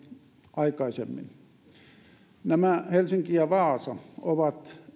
aikaisemmin helsinki ja vaasa ovat